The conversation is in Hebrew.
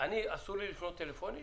אז אסור לי לפנות טלפונית?